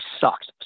sucks